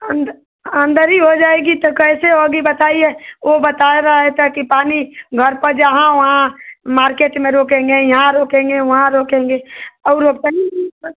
अंद अंदर ई हो जाएगी तो कैसे होगी बताइए वह बताए रहा है ताकि पानी घर पर जहाँ वहाँ मार्केट में रोकेंगे यहाँ रोकेंगे वहाँ रोकेंगे और अपनी ही बस